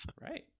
right